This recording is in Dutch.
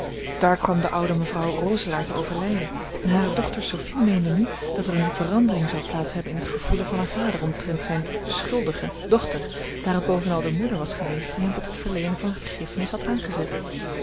daar kwam de oude mevrouw roselaer te overlijden en hare dochter sophie meende nu dat er eene verandering zoude plaats hebben in het gevoelen van haar vader omtrent zijne schuldige dochter daar het bovenal de moeder was geweest die hem tot het verleenen van vergiffenis had aangezet